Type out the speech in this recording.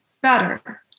better